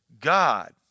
God